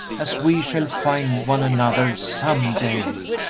as we shall find one another some day!